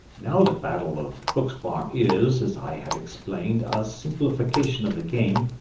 now that battle of hook's farm is, as i have explained, a simplification of the game,